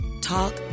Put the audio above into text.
talk